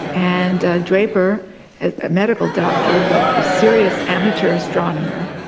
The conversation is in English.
and draper, a medical doctor but a serious amateur astronomer,